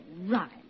right